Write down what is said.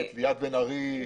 ליאת בן ארי,